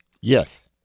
Yes